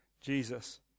Jesus